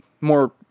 more